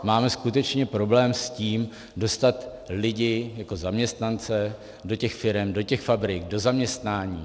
Máme skutečně problém s tím dostat lidi jako zaměstnance do těch firem, do fabrik, do zaměstnání.